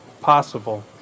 possible